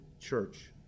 church